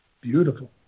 Beautiful